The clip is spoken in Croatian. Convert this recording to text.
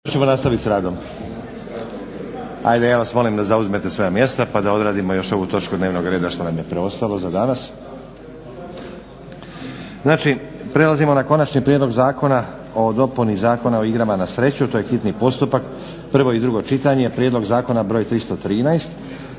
hoćemo nastavi sa radom? Hajde ja vas molim da zauzmete svoja mjesta pa da odradimo još ovu točku dnevnog reda što nam je preostalo za danas. Znači, prelazimo na Konačni prijedlog zakona o dopuni Zakona o igrama na sreću. To je hitni postupak, prvo i drugo čitanje, prijedlog zakona br. 313.